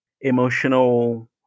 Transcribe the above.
emotional